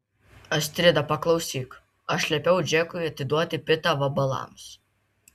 astrida paklausyk aš liepiau džekui atiduoti pitą vabalams